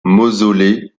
mausolée